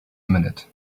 minute